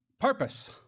Purpose